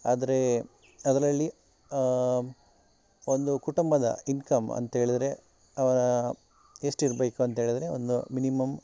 ಆದರೆ ಅದರಲ್ಲಿ ಒಂದು ಕುಟುಂಬದ ಇನ್ಕಮ್ ಅಂಥೇಳಿದ್ರೆ ಅವರ ಎಷ್ಟಿರ್ಬೇಕು ಅಂಥೇಳಿದ್ರೆ ಒಂದು ಮಿನಿಮಮ್